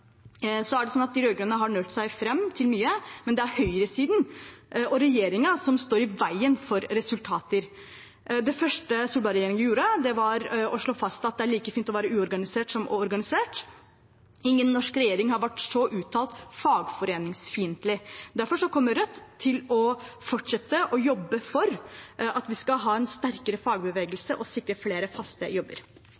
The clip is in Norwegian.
De rød-grønne har nølt seg fram til mye, men det er høyresiden og regjeringen som står i veien for resultater. Det første Solberg-regjeringen gjorde, var å slå fast at det er like fint å være uorganisert som å være organisert. Ingen norsk regjering har vært så uttalt fagforeningsfiendtlig. Derfor kommer Rødt til å fortsette å jobbe for at vi skal ha en sterkere